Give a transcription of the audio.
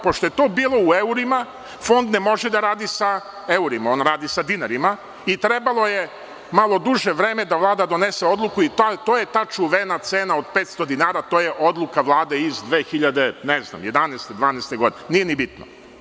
Pošto je to bilo u evrima, Fond ne može da radi sa evrima, on radi sa dinarima i trebalo je malo duže vreme da Vlada donese odluku i to je ta čuvena cena od 500 dinara, to je odluka Vlade iz 2011. ili 2012. godine, nije ni bitno.